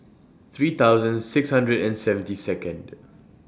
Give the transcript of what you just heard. three thousand six hundred and seventy Second